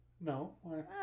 No